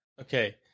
Okay